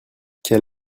quel